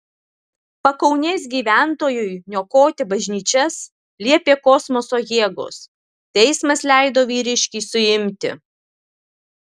pakaunės gyventojui niokoti bažnyčias liepė kosmoso jėgos teismas leido vyriškį suimti